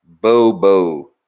bobo